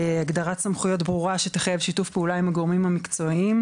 הגדרת סמכויות ברורה שתחייב שיתוף פעולה עם הגורמים המקצועיים,